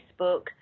Facebook